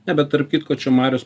nebe tarp kitko čia marius